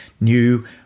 new